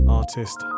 artist